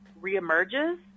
reemerges